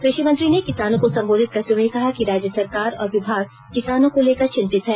कृषि मंत्री बादल ने किसानों को संबोधित करते हुए कहा कि राज्य सरकार और विभाग किसानों को लेकर चिंतित है